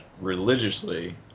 religiously